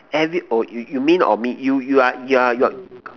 every oh you you mean or me you you are you are you are